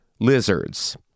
lizards